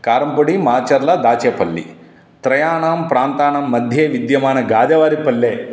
कारम्पुडि माचर्ला दाचेपल्लि त्रयाणां प्रान्तानां मध्ये विद्यमानगाजवारे पल्ले